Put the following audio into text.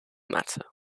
matter